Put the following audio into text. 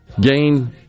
gain